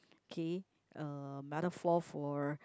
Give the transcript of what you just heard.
okay uh metaphor for